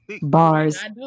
Bars